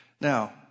Now